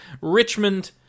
Richmond